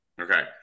Okay